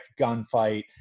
gunfight